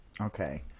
Okay